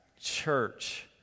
church